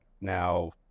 now